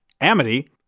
Amity